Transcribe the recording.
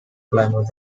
climate